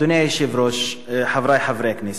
אדוני היושב-ראש, חברי חברי הכנסת,